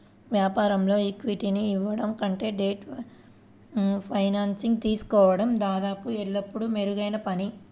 వ్యాపారంలో ఈక్విటీని ఇవ్వడం కంటే డెట్ ఫైనాన్సింగ్ తీసుకోవడం దాదాపు ఎల్లప్పుడూ మెరుగైన పని